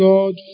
God